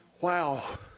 wow